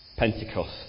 Pentecost